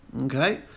Okay